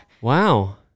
wow